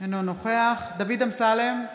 אינו נוכח דוד אמסלם,